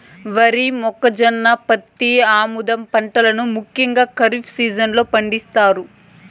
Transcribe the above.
వరి, మొక్కజొన్న, పత్తి, ఆముదం పంటలను ముఖ్యంగా ఖరీఫ్ సీజన్ లో పండిత్తారు